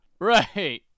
Right